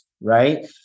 Right